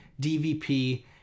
DVP